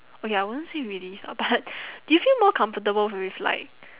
okay I wouldn't say released ah but do you feel more comfortable with like